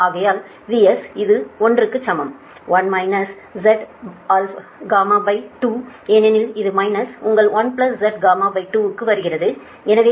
ஆகையால் VS இந்த 1 க்கு சமம் 1 ZY2 ஏனெனில் இது மைனஸ் உங்கள் 1ZY2